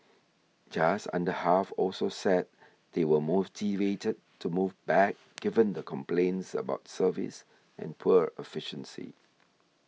just under half also said they were motivated to move back given the complaints about service and poor efficiency